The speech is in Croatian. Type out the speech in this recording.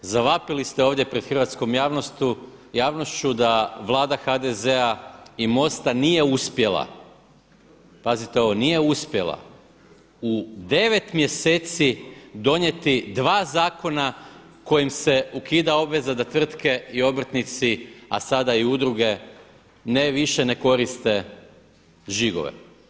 Zavapili ste ovdje pred hrvatskom javnošću da Vlada HDZ-a i MOST-a nije uspjela, pazite ovo nije uspjela u 9 mjeseci donijeti dva zakona kojim se ukida obveza da tvrtke i obrtnici a sada i udruge ne više ne koriste žigove.